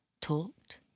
talked